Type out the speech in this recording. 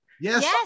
Yes